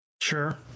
sure